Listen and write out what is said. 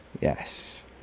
Yes